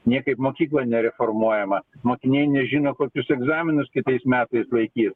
niekaip mokykla nereformuojama mokiniai nežino kokius egzaminus kitais metais laikys